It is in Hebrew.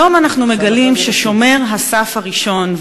היום אנחנו מגלים ששומר הסף הראשון,